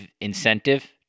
incentive